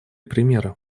примера